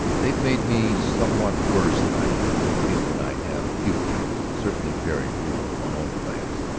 they've made me somewhat worse than i am. i feel that i have few friends, certainly very few of my own class.